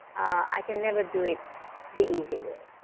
i can never do it the easy way.